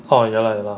orh ya lah ya lah